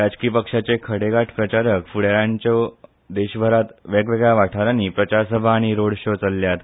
राजकी पक्षाचे खडेगाठ प्रचारक फूडा यांच्यो देशभरात वेगवेगळ्या वाठारांनी प्रचारसभा आनी रोड शो चल्ल्यात